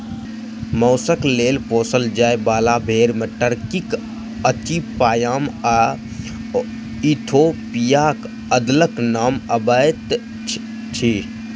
मौसक लेल पोसल जाय बाला भेंड़ मे टर्कीक अचिपयाम आ इथोपियाक अदलक नाम अबैत अछि